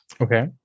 Okay